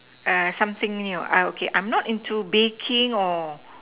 something new okay I'm not into baking or